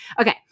Okay